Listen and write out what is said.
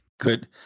Good